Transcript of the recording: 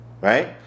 Right